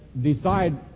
decide